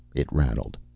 it rattled,